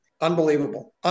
Unbelievable